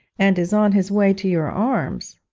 and is on his way to your arms